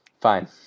Fine